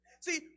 See